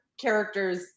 characters